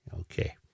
Okay